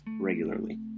regularly